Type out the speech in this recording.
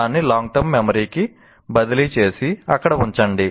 working memory కి బదిలీ చేసి అక్కడ ఉంచండి